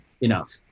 enough